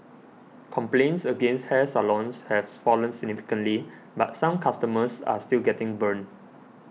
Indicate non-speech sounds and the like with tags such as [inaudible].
complaints against hair salons have [noise] fallen significantly but some customers are still getting burnt